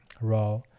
raw